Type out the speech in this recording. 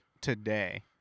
today